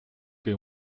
que